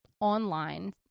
online